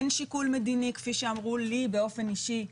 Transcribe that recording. אין שיקול מדיני, כפי שאמרו לי באופן אישי,